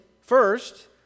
first